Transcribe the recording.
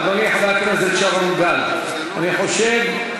אדוני חבר הכנסת אורי מקלב, תעלה לדוכן.